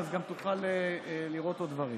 אז גם תוכל לראות עוד דברים.